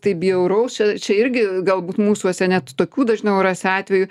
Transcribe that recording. tai bjauraus čia čia irgi galbūt mūsuose net tokių dažniau rasi atvejų